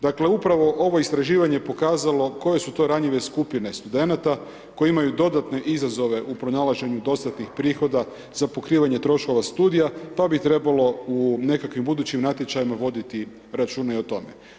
Dakle upravo istraživanje je pokazalo koje su to ranjive skupine studenata koje imaju dodatne izazove u pronalaženju dodatnih prohoda za pokrivanje troškova studija pa bi trebalo u nekakvim budućim natječajima voditi računa i o tome.